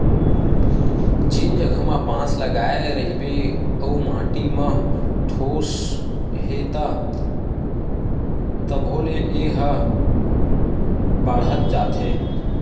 जेन जघा म बांस लगाए रहिबे अउ माटी म ठोस हे त तभो ले ए ह बाड़हत जाथे